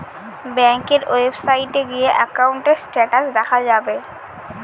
ব্যাঙ্কের ওয়েবসাইটে গিয়ে একাউন্টের স্টেটাস দেখা যাবে